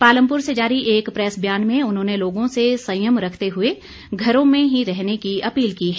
पालमपुर से जारी एक प्रैस बयान में उन्होंने लोगों से संयम रखते हुए घरों में ही रहने की अपील की है